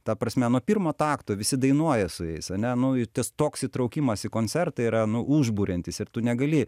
ta prasme nuo pirmo takto visi dainuoja su jais ane nu tas toks įtraukimas į koncertą yra nu užburiantis ir tu negali